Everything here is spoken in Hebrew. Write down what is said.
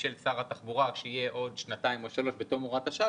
של שר התחבורה שיהיה בעוד שנתיים או שלוש שנים בתום הוראת השעה,